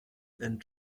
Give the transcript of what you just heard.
and